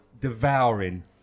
devouring